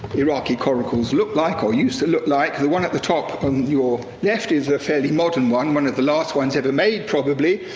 iraqi coracles look like, or used to look like. the one at the top, on your left, is a fairly modern one, one of the last ones ever made, probably.